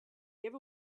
give